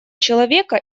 человека